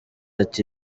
ati